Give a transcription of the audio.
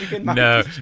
No